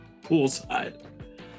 poolside